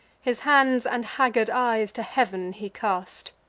his hands and haggard eyes to heav'n he cast